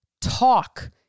talk